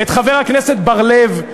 את חבר הכנסת בר-לב,